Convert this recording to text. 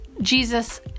Jesus